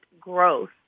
growth